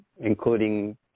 including